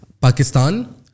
Pakistan